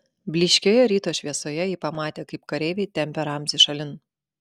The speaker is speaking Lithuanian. blyškioje ryto šviesoje ji pamatė kaip kareiviai tempia ramzį šalin